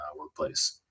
workplace